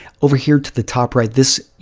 over here to the top right, this, you